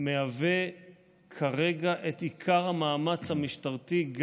הוא כרגע עיקר המאמץ המשטרתי,